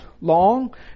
long